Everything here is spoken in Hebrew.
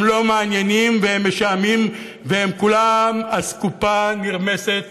הם לא מעניינים והם משעממים והם כולם אסקופה נרמסת